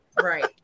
Right